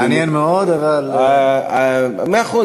מעניין מאוד, אבל, מאה אחוז.